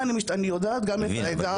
אני יודעת גם את העגה הרפואית.